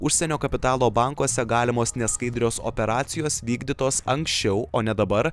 užsienio kapitalo bankuose galimos neskaidrios operacijos vykdytos anksčiau o ne dabar